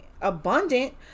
abundant